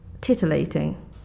titillating